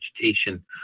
vegetation